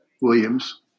Williams